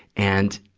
and,